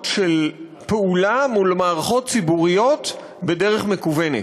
של פעולה מול מערכות ציבוריות בדרך מקוונת?